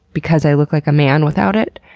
because i look like a man without it?